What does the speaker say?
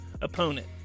opponent